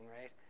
right